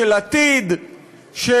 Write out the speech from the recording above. ל-230,000 קשישים,